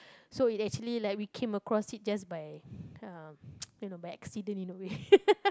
so it actually like we came across it just by um you know by accident in a way